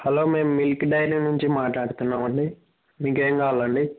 hello మేము milk dairy నుంచి మాట్లాడుతున్నామండి మీకేం కావాలండి